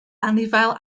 anifail